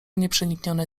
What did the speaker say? nieprzeniknione